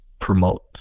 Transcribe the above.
promote